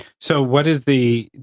so what is the,